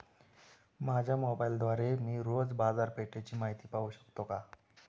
माझ्या मोबाइलद्वारे मी रोज बाजारपेठेची माहिती पाहू शकतो का?